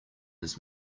his